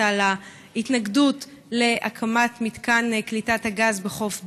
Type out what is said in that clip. על ההתנגדות להקמת מתקן לקליטת הגז בחוף דור.